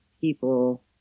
people